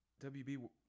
WB